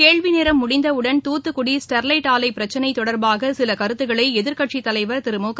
கேள்விநேரம் முடிந்தவுடன் தூத்துக்குடி ஸ்டெர்லைட் ஆலை பிரச்சினை தொடர்பாக சில கருத்துக்களை எதிர்க்கட்சித்தலைவர் திரு முக